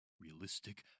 Realistic